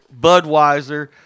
Budweiser